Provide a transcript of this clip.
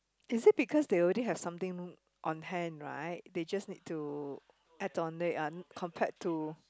is it because they already have something on hand right they just need to add on it on compared to